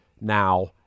now